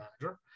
manager